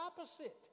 opposite